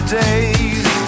days